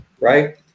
right